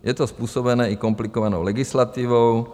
Je to způsobené i komplikovanou legislativou.